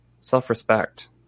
self-respect